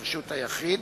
ברשות היחיד,